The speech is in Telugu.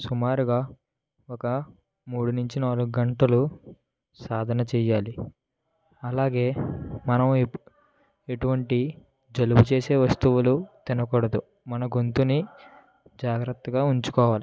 సుమారుగా ఒక మూడు నుంచి నాలుగు గంటలు సాధన చెయ్యాలి అలాగే మనం ఎటువంటి జలుబు చేసే వస్తువులు తినకూడదు మన గొంతుని జాగ్రత్తగా ఉంచుకోవాలి